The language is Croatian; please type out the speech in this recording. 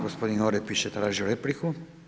Gospodin Orepić je tražio repliku.